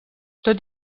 tot